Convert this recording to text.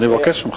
אני מבקש ממך.